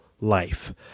life